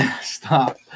stop